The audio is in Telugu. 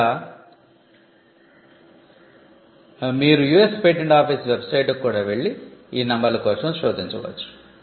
లేదా మీరు యుఎస్ పేటెంట్ ఆఫీస్ వెబ్సైట్కు కూడా వెళ్లి ఈ నంబర్ల కోసం శోధించవచ్చు